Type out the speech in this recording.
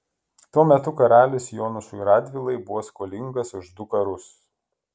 tuo metu karalius jonušui radvilai buvo skolingas už du karus